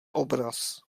obraz